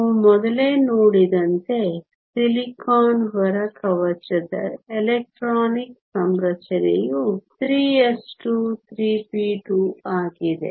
ನಾವು ಮೊದಲೇ ನೋಡಿದಂತೆ ಸಿಲಿಕಾನ್ ಹೊರ ಕವಚದ ಎಲೆಕ್ಟ್ರಾನಿಕ್ ಸಂರಚನೆಯು 3s2 3p2 ಆಗಿದೆ